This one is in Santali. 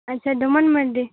ᱟᱪᱪᱷᱟ ᱰᱚᱢᱟᱱ ᱢᱟᱨᱰᱤ